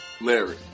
Larry